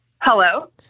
Hello